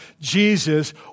Jesus